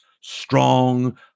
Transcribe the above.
strong